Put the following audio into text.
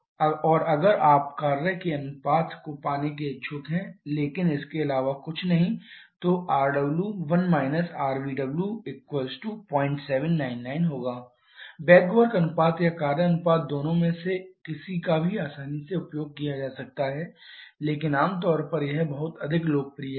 और अगर आप कार्य के अनुपात को पाने के इच्छुक हैं लेकिन इसके अलावा कुछ नहीं है rw1 rbw0799 बैक वर्क अनुपात या कार्य अनुपात दोनों में से किसी का भी आसानी से उपयोग किया जाता है लेकिन आम तौर पर यह बहुत अधिक लोकप्रिय है